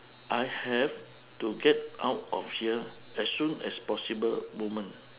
I have to get out of here as soon as possible moment